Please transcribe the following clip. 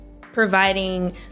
providing